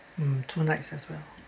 mm two nights as well